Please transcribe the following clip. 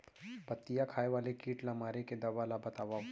पत्तियां खाए वाले किट ला मारे के दवा ला बतावव?